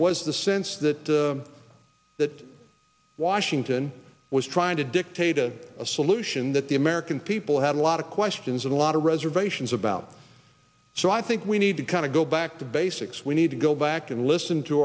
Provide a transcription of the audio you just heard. was the sense that that washington was trying to dictate a solution that the american people had a lot of questions and a lot of reservations about so i think we need to kind of go back to basics we need to go back and listen to